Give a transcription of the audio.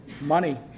Money